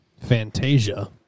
Fantasia